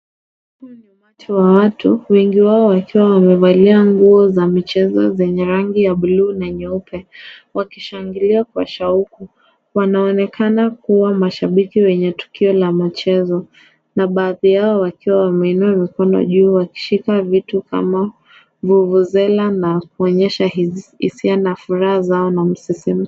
Huu ni umati wa watu, wengi wao wakiwa wamevalia nguo za michezo zenye rangi ya buluu na nyeupe wakishangilia kwa shauku. Wanaonekana kuwa mashabiki wenye tukio la mchezo na baadhi yao wakiwa wameinua mikono juu wakishika vitu kama vuvuzela na kuonyesha hisia na furaha zao na msisimko.